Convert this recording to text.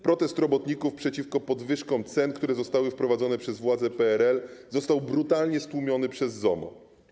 Protest robotników przeciwko podwyżkom cen, które zostały wprowadzone przez władze PRL, został brutalnie stłumiony przez ZOMO.